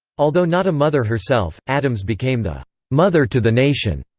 although not a mother herself, addams became the mother to the nation,